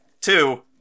Two